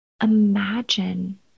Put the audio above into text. imagine